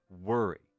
worry